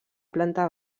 planta